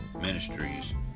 ministries